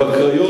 בקריות,